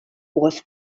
was